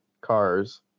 cars